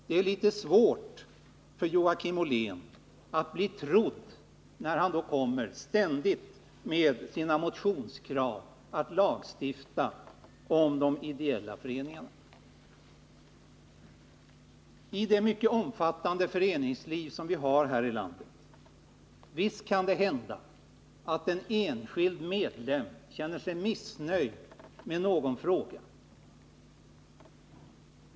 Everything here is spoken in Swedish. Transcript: Det är litet svårt för Joakim Ollén att bli trodd när han ständigt kommer med sina motionskrav på lagstiftning om de ideella föreningarna. Visst kan det hända, i det mycket omfattande fackföreningsliv som vi har här i landet, att en enskild medlem känner sig missnöjd med behandlingen av Nr 28 någon fråga.